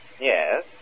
Yes